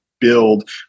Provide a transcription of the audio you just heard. Build